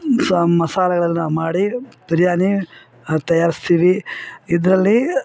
ಸಾ ಮಸಾಲೆಗಳೆಲ್ಲ ಮಾಡಿ ಬಿರಿಯಾನಿ ತಯಾರಿಸ್ತೀವಿ ಇದರಲ್ಲಿ